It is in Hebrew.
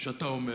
שאתה אומר